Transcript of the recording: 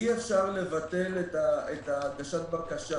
אי אפשר לבטל את הגשת הבקשה.